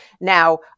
Now